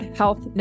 health